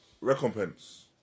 recompense